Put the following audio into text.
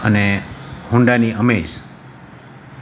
અને હોન્ડાની અમેઝ